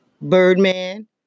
Birdman